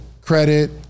credit